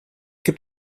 gibt